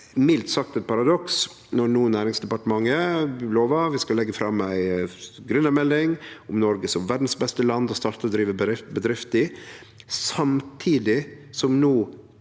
mildt sagt eit paradoks når Næringsdepartementet no lova at dei skal leggje fram ei gründermelding om Noreg som verdas beste land å starte og drive bedrift i, samtidig som